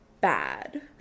bad